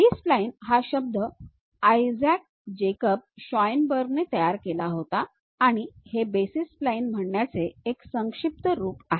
बी spline हा शब्द Isaac Jacob शॉएनबर्गने तयार केला होता आणि हे बेसिस स्प्लाइन म्हणण्याचे एक संक्षिप्त रूप आहे